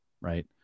right